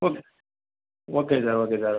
okay okay sir okay sir